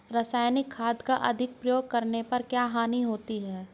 रासायनिक खाद का अधिक प्रयोग करने पर क्या हानि होती है?